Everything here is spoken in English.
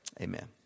Amen